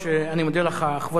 כבוד השר, אכן,